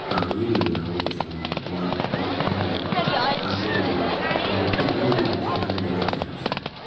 ஆ ஈவினிங்களாக okay sir ஈ ஈ வாங்க வந்து பாருங்கள் பார்த்துட்டு கொஞ்சம் ஒரு எட்டு குப்பைத் தொட்டி கிட்ட எல்லாமே டேமேஜ் ஆயிருக்கு சார்